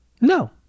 No